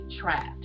Trapped